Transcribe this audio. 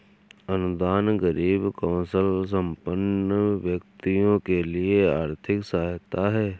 अनुदान गरीब कौशलसंपन्न व्यक्तियों के लिए आर्थिक सहायता है